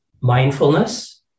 mindfulness